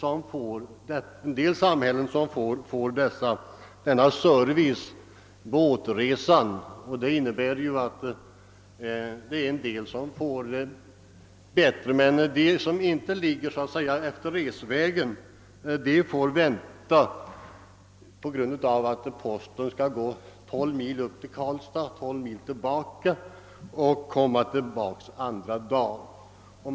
En del samhällen får alltså en sådan service på återfärden, men de samhällen som inte ligger längs bilens resväg får vänta på posten, som först skall gå 12 mil upp till Karlstad och sedan 12 mil tillbaka den andra dagen.